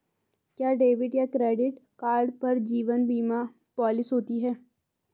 क्या डेबिट या credit card पर जीवन बीमा पॉलिसी होती है?